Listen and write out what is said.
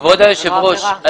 כבוד היושב ראש,